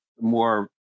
more